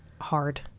hard